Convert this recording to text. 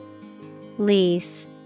lease